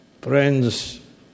Friends